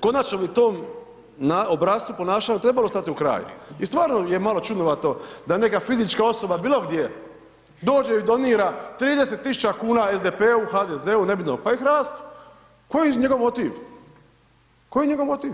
konačno bi tom obrascu ponašanja trebalo stati u kraj, i stvarno je malo čudnovato da neka fizička osoba bilo gdje, dođe i donira 30 tisuća kuna SDP-u, HDZ-u, nebitno, pa i HRAST-u, koji je njegov motiv, koji je njegov motiv?